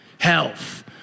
health